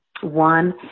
One